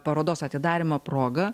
parodos atidarymo proga